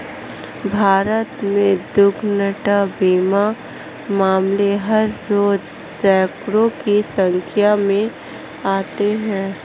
भारत में दुर्घटना बीमा मामले हर रोज़ सैंकडों की संख्या में आते हैं